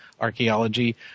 archaeology